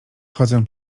chodzę